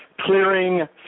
clearing